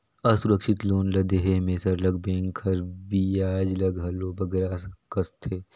असुरक्छित लोन ल देहे में सरलग बेंक हर बियाज ल घलो बगरा कसथे